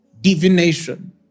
divination